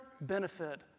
benefit